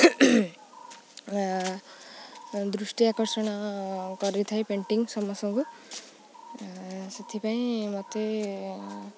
ଦୃଷ୍ଟି ଆକର୍ଷଣ କରିଥାଏ ପେଣ୍ଟିଙ୍ଗ୍ ସମସ୍ତଙ୍କୁ ସେଥିପାଇଁ ମୋତେ